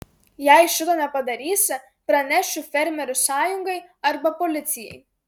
jei šito nepadarysi pranešiu fermerių sąjungai arba policijai